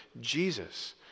Jesus